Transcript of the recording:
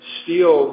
steel